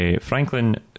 Franklin